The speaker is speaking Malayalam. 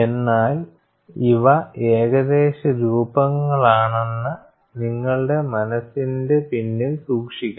എന്നാൽ ഇവ ഏകദേശ രൂപങ്ങളാണെന്ന് നിങ്ങളുടെ മനസ്സിന്റെ പിന്നിൽ സൂക്ഷിക്കണം